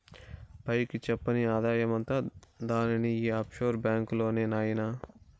పైకి చెప్పని ఆదాయమంతా దానిది ఈ ఆఫ్షోర్ బాంక్ లోనే నాయినా